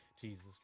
Jesus